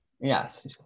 yes